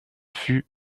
fut